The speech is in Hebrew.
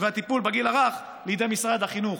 והטיפול בגיל הרך לידי משרד החינוך,